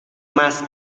más